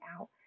out